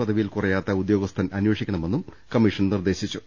പദവി യിൽ കുറയാത്ത ഉദ്യോഗസ്ഥൻ അമ്പേഷിക്കണമെന്നും കമ്മിഷൻ നിർദ്ദേ ശിച്ചു